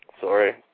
sorry